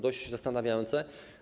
Dość zastanawiające.